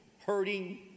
hurting